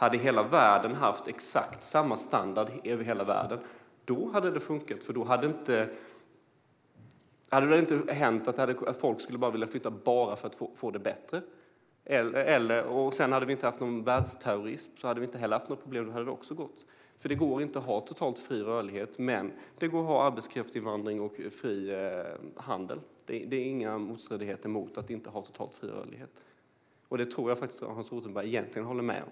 Om hela världen hade haft exakt samma standard hade det funkat, för då hade det inte hänt att folk skulle vilja flytta bara för att få det bättre, och om vi inte hade haft någon världsterrorism hade det inte heller varit något problem. Det går inte att ha totalt fri rörlighet, men det går att ha arbetskraftsinvandring och fri handel. Det står inte i motsats till att inte ha totalt fri rörlighet, och det tror jag att Hans Rothenberg egentligen håller med om.